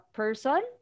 person